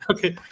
Okay